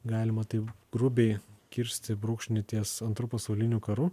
galima taip grubiai kirsti brūkšnį ties antru pasauliniu karu